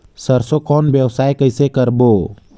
सरसो कौन व्यवसाय कइसे करबो?